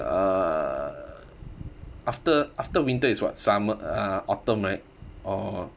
uh after after winter is what summer uh autumn right or